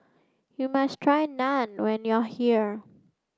you must try Naan when you are here